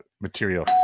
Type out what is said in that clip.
material